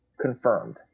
confirmed